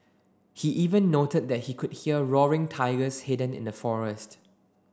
he even noted that he could hear roaring tigers hidden in the forest